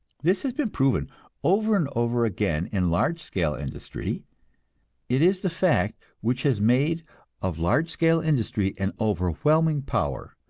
this has been proven over and over again in large-scale industry it is the fact which has made of large-scale industry an overwhelming power,